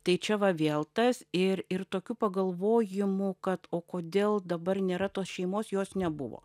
tai čia va vėl tas ir ir tokių pagalvojimų kad o kodėl dabar nėra tos šeimos jos nebuvo